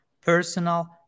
personal